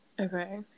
Okay